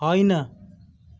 होइन